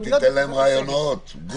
אל תיתן להם רעיונות, גור.